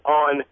on